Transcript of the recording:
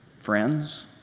Friends